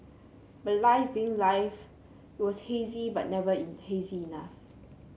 but life being life it was hazy but never in hazy enough